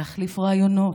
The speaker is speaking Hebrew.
להחליף רעיונות,